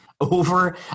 over